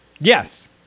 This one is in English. Yes